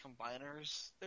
combiners